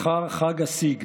מחר חג הסיגד,